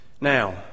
Now